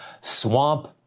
swamp